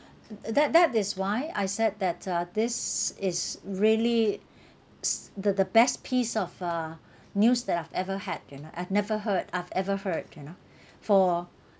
that that is why I said that uh this is really s~ the the best piece of uh news that I've ever had you know I've never heard I've ever heard you know for